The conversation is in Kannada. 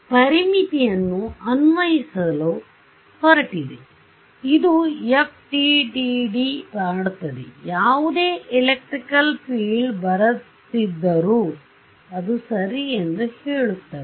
ಆದ್ದರಿಂದ ಪರಿಮಿತಿಯನ್ನು ಅನ್ವಯಿಸಲುಹೊರಟಿದೆ ಇದು FDTD ಮಾಡುತ್ತದೆಯಾವುದೇ ಎಲೆಕ್ಟ್ರಿಕ್ ಫೀಲ್ದ್ಬರುತ್ತಿದ್ದರೂಅದು ಸರಿ ಎಂದು ಹೇಳುತ್ತದೆ